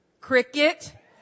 Cricket